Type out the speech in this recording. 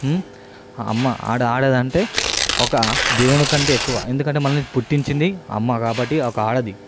అమ్మ ఆడ ఆడ ఆడదంటే ఒక దేవుని కంటే ఎక్కువ ఎందుకంటే మనల్ని పుట్టించింది అమ్మ కాబట్టి ఒక ఆడది